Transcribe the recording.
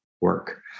work